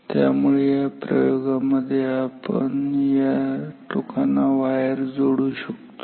त्यामुळे या प्रयोगामध्ये आपण या टोकांना वायर जोडू शकतो